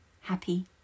happy